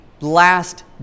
last